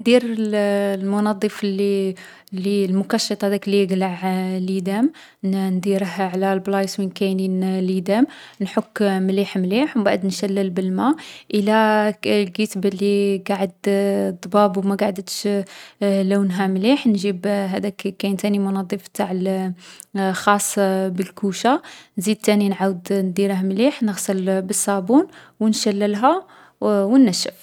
دير الـ المنظّف لي لي المكشّط لي يقلع ليدام. نديره على لبلايص وين كاينين ليدام. نحك مليح مليح و مبعد نشلّل بالما. إلا لقيت بلي قعد الضباب و ما قعدتش لونها مليح، نجيب هاذاك كـ كاين تاني منظف نتاع الـ خاص بالكوشة. نزيد تاني نعاود نديره مليح، نغسل بالصابون، و نشلّلها و نّشّف.